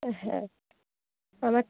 হ্যাঁ আবার